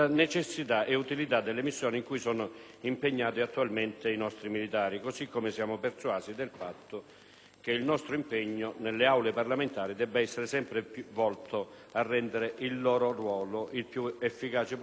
che il nostro impegno nelle Aule parlamentari debba essere sempre volto a rendere il loro ruolo il più efficace possibile e le loro missioni le più risolutive, garantendo al massimo livello la sicurezza di tutti i nostri operatori.